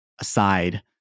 aside